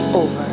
over